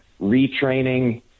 retraining